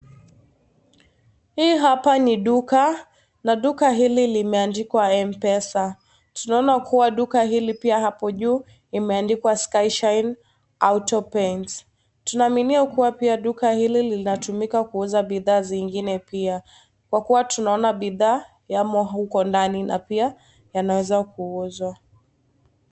Hii hapa ni duka na duka hili limeandikwa "Mpesa". Tunaona kuwa duka hili pia hapo juu imeandikwa" Sky shine Auto paints . Tunaaminia pia kuwa Duka hili linatumika kuuza bidhaa zingine pia, kwa kuwa tunaona bidhaa yamo huko ndani na pia inaweza kuuzwa.